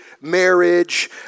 marriage